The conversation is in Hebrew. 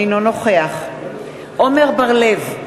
אינו נוכח עמר בר-לב,